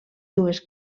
dues